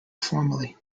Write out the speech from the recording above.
formally